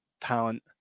talent